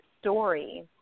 story